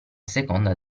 seconda